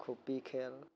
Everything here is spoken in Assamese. খুপি খেল